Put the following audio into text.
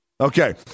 okay